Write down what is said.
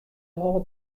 holle